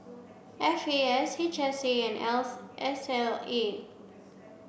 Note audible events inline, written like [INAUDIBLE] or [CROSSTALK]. F A S H S A and [UNINTELLIGIBLE] S L A